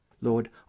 Lord